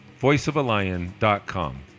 voiceofalion.com